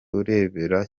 urebera